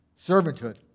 Servanthood